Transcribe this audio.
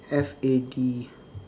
F A D